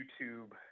YouTube